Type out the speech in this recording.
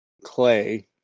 Clay